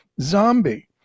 zombie